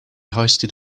hoisted